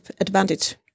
advantage